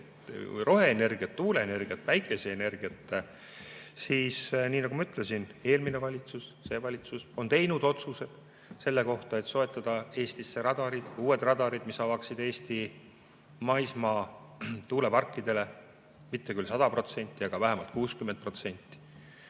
roheenergiat, tuuleenergiat, päikeseenergiat, siis nagu ma ütlesin, eelmine valitsus ja see valitsus on teinud otsuse selle kohta, et soetada Eestisse uued radarid, mis avaksid Eesti maismaa tuuleparkidele, mitte küll 100%, aga vähemalt 60%.